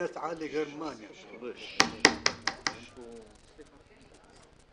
יש לו שני ילדים.